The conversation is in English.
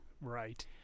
Right